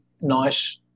nice